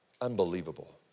Unbelievable